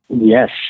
Yes